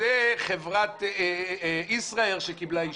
וזה חברת ישראייר שקיבלה אישור.